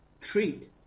treat